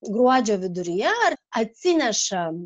gruodžio viduryje ar atsineša